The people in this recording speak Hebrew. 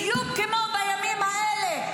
בדיוק כמו בימים האלה.